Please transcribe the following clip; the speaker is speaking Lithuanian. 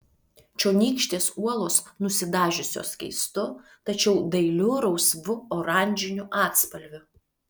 čionykštės uolos nusidažiusios keistu tačiau dailiu rausvu oranžiniu atspalviu